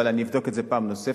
אבל אבדוק את זה פעם נוספת,